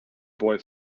boy